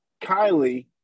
Kylie